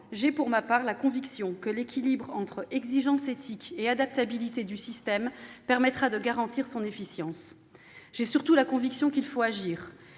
loi. Pour ma part, j'ai la conviction que l'équilibre entre exigence éthique et adaptabilité du système permettra de garantir son efficience. J'ai surtout la conviction qu'il faut agir.